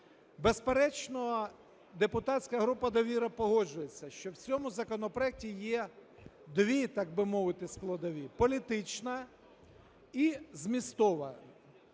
Безперечно, депутатська група "Довіра" погоджується, що в цьому законопроекті є дві, так би мовити, складові: політична і змістова.